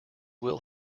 will